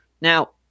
Now